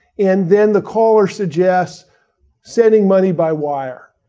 and then the caller suggests sending money by wire.